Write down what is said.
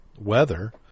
weather